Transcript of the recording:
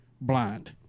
blind